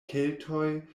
keltoj